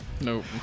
Nope